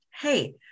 hey